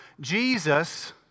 Jesus